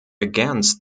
against